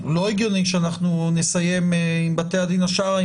לא הגיוני שאנחנו נסיים עם בתי הדין השרעיים